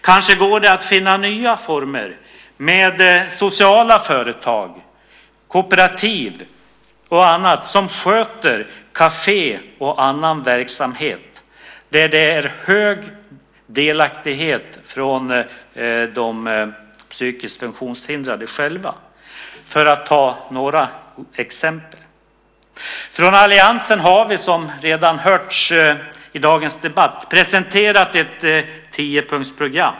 Kanske går det att finna nya former med sociala företag, kooperativ och annat som sköter kafé och annan verksamhet där det är hög delaktighet från de psykiskt funktionshindrade själva, för att ta några exempel. Från alliansen har vi, som redan har hörts i dagens debatt, presenterat ett tiopunktsprogram.